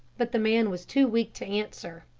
but the man was too weak to answer.